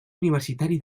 universitari